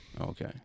Okay